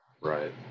Right